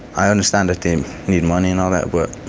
i understand that they um need money and all that, but.